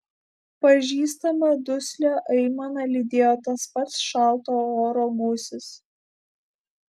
pažįstamą duslią aimaną lydėjo tas pats šalto oro gūsis